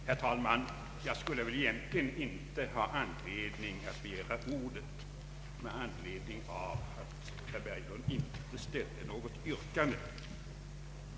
Herr talman! Jag skulle väl egentligen inte ha någon anledning att begära ordet, eftersom herr Berglund inte ställde något yrkande.